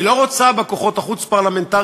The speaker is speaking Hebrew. היא לא רוצה בכוחות החוץ-פרלמנטריים